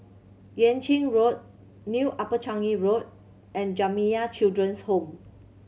Yuan Ching Road New Upper Changi Road and Jamiyah Children's Home